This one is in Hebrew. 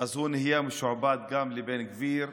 אז הוא נהיה משועבד גם לבן גביר,